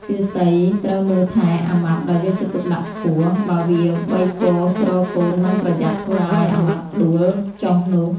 ទាសីត្រូវមើលថែអាម៉ាប់ដោយយកចិត្តទុកដាក់ខ្ពស់ បើវាបីពរទ្រកូនមិនប្រយ័ត្នធ្វើឱ្យ អាម៉ាប់ដួលចុះនោះ?។